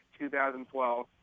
2012